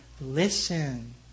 listen